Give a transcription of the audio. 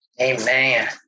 Amen